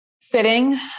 sitting